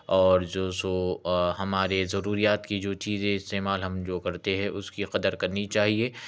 اور جو سو ہمارے ضروریات کی جو چیزیں استعمال ہم جو کرتے ہیں اس کی قدر کرنی چاہیے